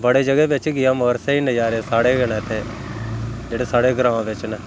बड़े जगहे बिच्च गेआ मगर स्हेई नज़ारे साढ़े गे न इत्थें जेह्ड़े साढ़े ग्रांऽ बिच्च न